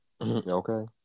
Okay